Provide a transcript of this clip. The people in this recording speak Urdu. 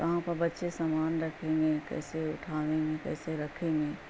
کہاں پر بچے سامان رکھیں گے کیسے اٹھ دیں گے کیسے رکھیں گے